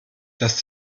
das